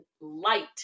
light